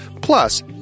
Plus